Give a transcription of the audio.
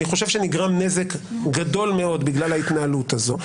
אני חושב שנגרם נזק גדול מאוד בגלל ההתנהלות הזאת.